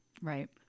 Right